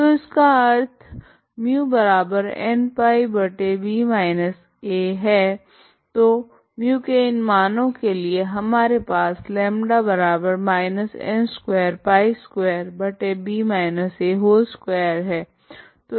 तो इसका अर्थ है तो μ के इन मानो के लिए हमारे पास है